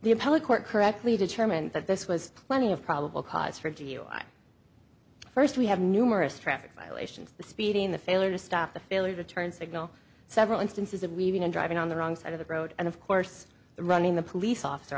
appellate court correctly determined that this was plenty of probable cause for dui first we have numerous traffic violations speeding the failure to stop the failure to turn signal several instances of weaving and driving on the wrong side of the road and of course running the police officer